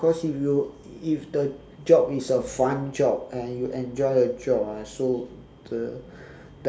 cause if you if the job is a fun job and you enjoy the job ah so the